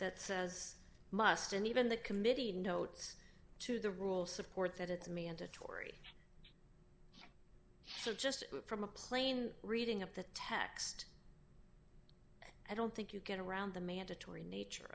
that says must and even the committee notes to the rule support that it's mandatory just from a plain reading of the text i don't think you can around the mandatory nature